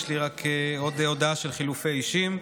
יש לי עוד הודעה של חילופי אישים.